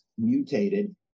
mutated